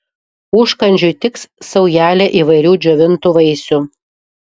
užkandžiui tiks saujelė įvairių džiovintų vaisių